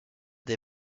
des